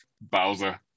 Bowser